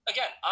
Again